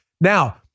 Now